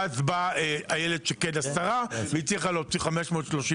ואז באה איילת שקד השרה, והצליחה להוציא 539,